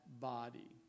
body